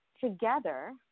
together